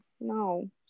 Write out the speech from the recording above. No